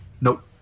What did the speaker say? Nope